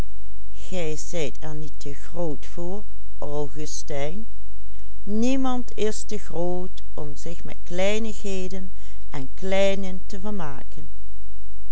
is te groot om zich met kleinigheden en kleinen te vermaken